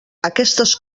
aquestes